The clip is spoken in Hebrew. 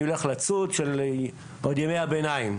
אני הולך לצוד - עוד ימי הביניים,